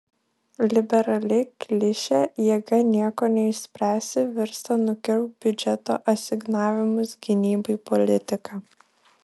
liberali klišė jėga nieko neišspręsi virsta nukirpk biudžeto asignavimus gynybai politika